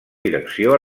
direcció